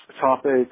topics